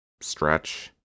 stretch